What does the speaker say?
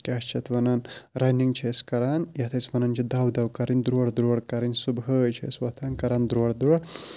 کیٛاہ چھِ اَتھ وَنان رَنِنٛگ چھِ أسۍ کران یَتھ أسۍ وَنان چھِ دَوٕ دَوٕ کَرٕنۍ درٛوڈٕ درٛوڈٕ کَرٕنۍ صُبحٲے چھِ أسۍ وۄتھان کَران درٛوڈٕ درٛوڈٕ